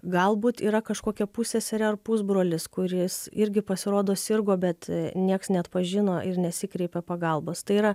galbūt yra kažkokia pusseserė ar pusbrolis kuris irgi pasirodo sirgo bet nieks neatpažino ir nesikreipė pagalbos tai yra